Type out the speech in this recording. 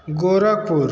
Gorakhpur